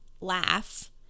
laugh